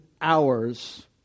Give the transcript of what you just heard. hours